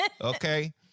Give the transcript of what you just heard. Okay